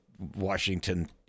Washington